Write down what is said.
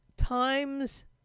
Times